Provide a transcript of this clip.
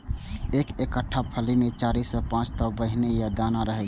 एकर एकटा फली मे चारि सं पांच टा बीहनि या दाना रहै छै